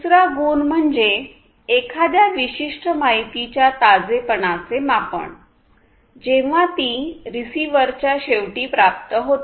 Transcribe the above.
दुसरा गुण म्हणजे एखाद्या विशिष्ट माहितीच्या ताजेपणाचे मापन जेव्हा ती रिसीव्हरच्या शेवटी प्राप्त होते